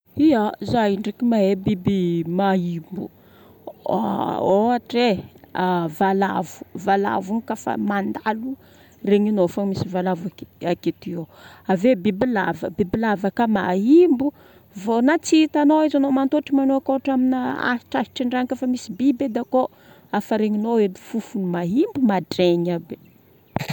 Ya, za io ndreka mahay biby mahimbo. Ôhatra e, valavo. Valavo kafa mandalo regnino fa misy valavo ake aketio. Aveo bibilava, bibilava ka mahimbo vao na tsy hitano izy ano mantotry manokohitra amina ahitrahitra ndraha efa misy biby edy ako efa regnino edy fofony mahimbo mahadraigna aby